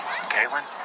Caitlin